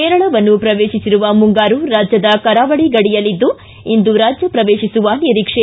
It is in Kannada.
ಕೇರಳವನ್ನು ಪ್ರವೇಶಿಸಿರುವ ಮುಂಗಾರು ರಾಜ್ಯದ ಕರಾವಳಿ ಗಡಿಯಲ್ಲಿದ್ದು ಇಂದು ರಾಜ್ಯ ಪ್ರವೇಶಿಸುವ ನಿರೀಕ್ಷೆ